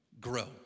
grow